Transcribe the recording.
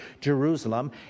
Jerusalem